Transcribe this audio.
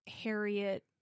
Harriet